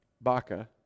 Baca